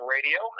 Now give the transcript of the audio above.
Radio